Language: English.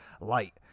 light